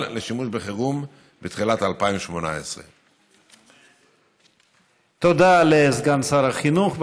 לשימוש בחירום בתחילת 2018. תודה לסגן שר החינוך.